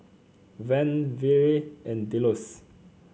Van Vere and Delos